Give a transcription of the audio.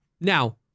Now